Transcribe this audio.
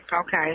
Okay